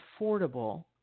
affordable